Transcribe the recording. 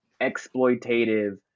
exploitative